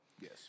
Yes